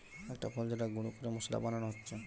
একটা ফল যেটাকে গুঁড়ো করে মশলা বানানো হচ্ছে